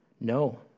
No